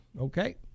Okay